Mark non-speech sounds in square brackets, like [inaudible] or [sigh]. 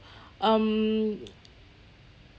[breath] um